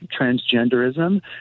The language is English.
transgenderism